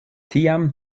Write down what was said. tiam